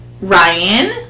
Ryan